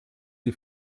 die